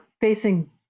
facing